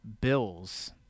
Bills